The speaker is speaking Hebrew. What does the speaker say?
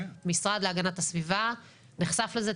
המשרד להגנת הסביבה נחשף לזה,